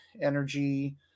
Energy